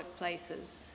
workplaces